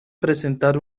presentar